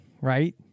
right